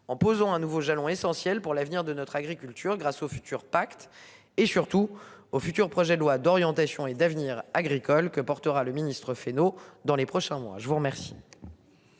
en posant un nouveau jalon essentiel pour l'avenir de notre agriculture, grâce au futur pacte et surtout au futur projet de loi d'orientation et d'avenir agricole que portera le ministre-Fesneau dans les prochains mois. Je vous remercie.